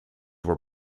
were